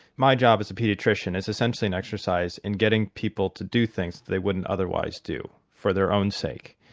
my job as a paediatrician is essentially an exercise in getting people to do things that they wouldn't otherwise do for their own sake.